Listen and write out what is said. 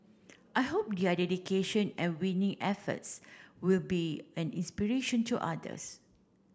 I hope their dedication and winning efforts will be an inspiration to others